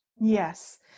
yes